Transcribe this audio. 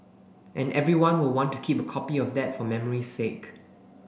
and everyone will want to keep a copy of that for memory's sake